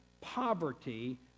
poverty